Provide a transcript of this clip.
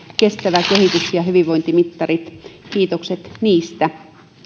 kestävä kehitys ja hyvinvointimittarit kiitokset niistä